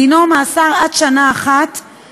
דינו מאסר עד שנה אחת.